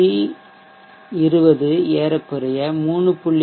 C 20 ஏறக்குறைய 3